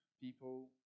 people